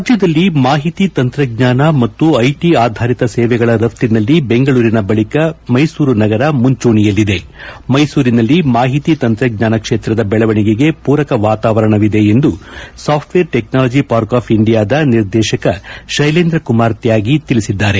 ರಾಜ್ಯದಲ್ಲಿ ಮಾಹಿತಿ ತಂತ್ರಜ್ಞಾನ ಮತ್ತು ಐಟಿ ಆಧಾರಿತ ಸೇವೆಗಳ ರಫ್ತಿನಲ್ಲಿ ಬೆಂಗಳೂರಿನ ಬಳಿಕ ಮೈಸೂರು ನಗರ ಮುಂಚೂಣಿಯಲ್ಲಿದೆ ಮೈಸೂರಿನಲ್ಲಿ ಮಾಹಿತಿ ತಂತ್ರಜ್ಞಾನ ಕ್ಷೇತ್ರದ ಬೆಳವಣಿಗೆಗೆ ಪೂರಕ ವಾತಾವರಣವಿದೆ ಎಂದು ಸಾಫ್ಟ್ವೇರ್ ಚಿಕ್ನಾಲಜಿ ಪಾರ್ಕ್ ಅಫ್ ಇಂಡಿಯಾದ ನಿರ್ದೇಶಕ ಶೈಲೇಂದ್ರ ಕುಮಾರ್ ತ್ಯಾಗಿ ತಿಳಿಸಿದ್ದಾರೆ